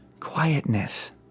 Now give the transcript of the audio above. quietness